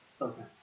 Okay